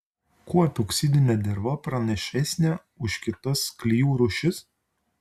kuo epoksidinė derva pranašesnė už kitas klijų rūšis